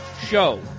show